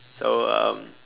so um